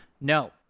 no